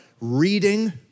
reading